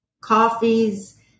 coffees